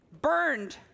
burned